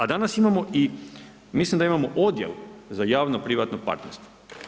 A danas imamo i, mislim da imamo odjel za javno privatno partnerstvo.